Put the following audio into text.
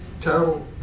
terrible